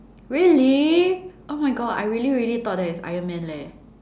really oh my god I really really thought that it's iron man leh